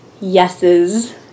yeses